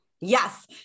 Yes